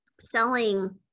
selling